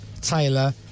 Taylor